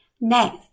Next